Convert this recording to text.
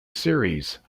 series